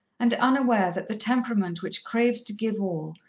and unaware that the temperament which craves to give all,